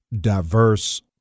diverse